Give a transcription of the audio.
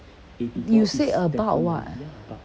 you said about [what]